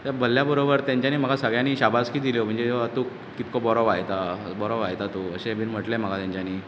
तें भरल्या बरोबर तेंच्यांनी म्हाका सगळ्यांनी शाबासकी दिल्यो म्हणजे तूं कितको बरो वाजयता बरो वाजयता तूं अशें बीन म्हटलें म्हाका तेंच्यानी